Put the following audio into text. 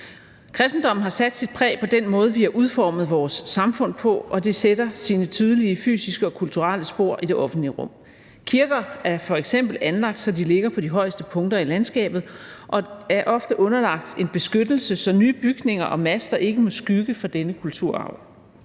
Kristendommen har sat sit præg på den måde, vi har udformet vores samfund på, og det sætter sine tydelige fysiske og kulturelle spor i det offentlige rum. Kirker er f.eks. anlagt, så de ligger på de højeste punkter i landskabet og er ofte underlagt en beskyttelse, så nye bygninger og master ikke må skygge for denne kulturarv.